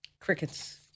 Crickets